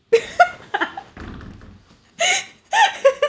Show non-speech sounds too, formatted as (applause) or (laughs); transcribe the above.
(laughs)